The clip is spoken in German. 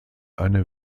eine